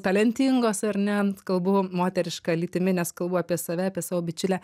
talentingos ar ne kalbu moteriška lytimi nes kalbu apie save apie savo bičiulę